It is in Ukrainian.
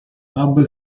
аби